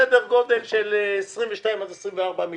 הרווחה והשירותים החברתיים חיים כץ: סדר גודל של 22 עד 24 מיליארד.